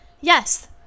Yes